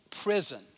prison